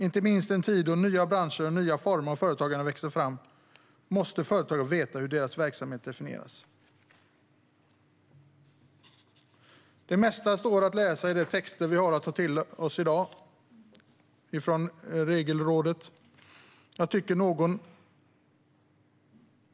Inte minst i en tid då nya branscher och nya former av företagande växer fram måste företagare veta hur deras verksamhet definieras. Det mesta står att läsa i de texter från Regelrådet som vi har att ta till oss i dag.